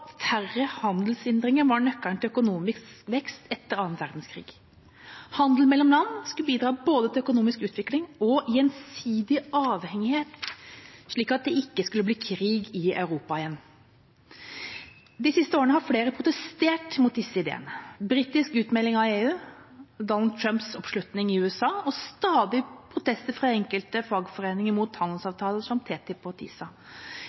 færre handelshindringer var nøkkelen til økonomisk vekst etter annen verdenskrig. Handel mellom land skulle bidra til både økonomisk utvikling og gjensidig avhengighet, slik at det ikke skulle bli krig i Europa igjen. De siste årene har flere protestert mot disse ideene – britisk utmelding av EU, Donald Trumps oppslutning i USA og stadige protester fra enkelte fagforeninger mot handelsavtaler som TTIP og